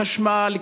חשמל,